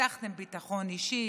הבטחתם ביטחון אישי,